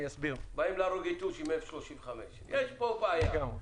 באים להרוג יתוש עם F35. יש פה בעיה,